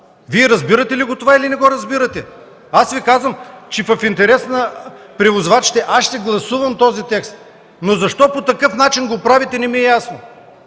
Вие разбирате ли го това или не го разбирате? Аз Ви казвам, че в интерес на превозвачите ще гласувам този текст, но защо по такъв начин го правите не ми е ясно!